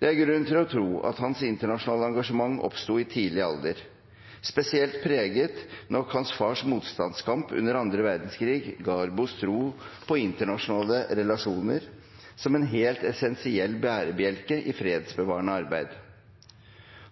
Det er grunn til å tro at hans internasjonale engasjement oppsto i tidlig alder. Spesielt preget nok hans fars motstandskamp under annen verdenskrig Garbos tro på internasjonale relasjoner som en helt essensiell bærebjelke i fredsbevarende arbeid.